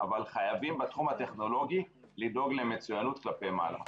אבל חייבים בתחום הטכנולוגי לדאוג למצוינות כלפי מעלה.